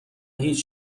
هیچ